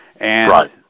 Right